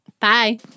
bye